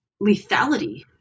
lethality